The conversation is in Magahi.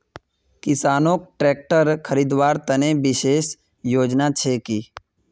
किसानोक ट्रेक्टर खरीदवार तने विशेष योजना छे कि?